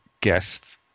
guest